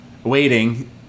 Waiting